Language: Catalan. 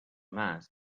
mas